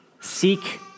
seek